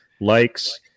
likes